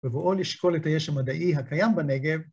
בבואו נשקול את היש המדעי הקיים בנגב.